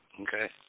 Okay